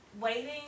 waiting